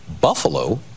Buffalo